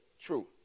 true